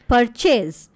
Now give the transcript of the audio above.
Purchase